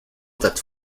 that